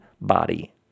body